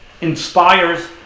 inspires